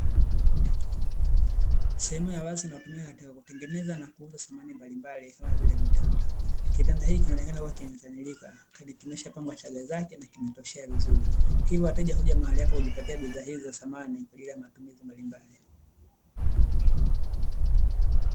Sehemu ya wazi inayotumika katika kutengeneza na kuuza samani mbalimbali kama vile vitanda. Kitanda hiki kinaonekana kuwa kimekamilika hadi kimeshapangwa chaga zake zilizotoshea vizuri, hivyo wateja huja hapa kujipatia bidhaa hizo za samani kwa ajili ya matumizi mbalimbali.